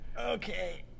Okay